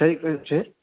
થઈ ગયો છે